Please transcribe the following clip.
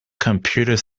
computer